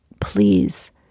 please